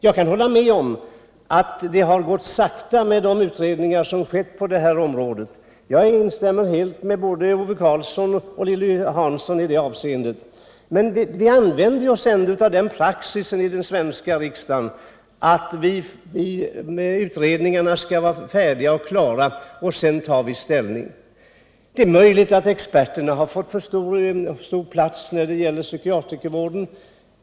Jag kan hålla med om att utredningarna på detta område har arbetat långsamt. I det avseendet instämmer jag helt i vad Ove Karlsson och Lilly Hansson sagt. Men vi använder oss ändå av den praxisen i den svenska riksdagen att utredningarna skall vara färdiga, innan vi tar ställning. Det är möjligt att experterna har fått för stort inflytande inom psykiatrikervården.